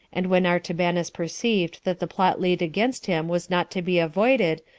and when artabanus perceived that the plot laid against him was not to be avoided,